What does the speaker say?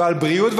ועל בריאות,